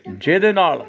ਜਿਹਦੇ ਨਾਲ